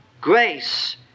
Grace